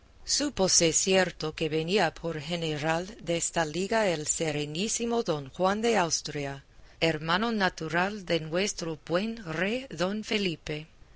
desdichada súpose cierto que venía por general desta liga el serenísimo don juan de austria hermano natural de nuestro buen rey don felipe